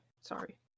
Sorry